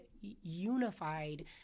unified